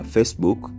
Facebook